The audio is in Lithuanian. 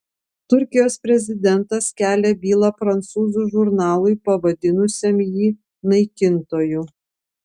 turkijos prezidentas kelia bylą prancūzų žurnalui pavadinusiam jį naikintoju